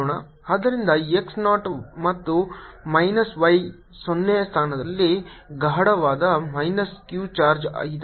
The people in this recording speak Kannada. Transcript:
ಆದ್ದರಿಂದ x ನಾಟ್ ಮತ್ತು ಮೈನಸ್ y 0 ಸ್ಥಾನದಲ್ಲಿ ಗಾಢವಾದ ಮೈನಸ್ Q ಚಾರ್ಜ್ ಇದೆ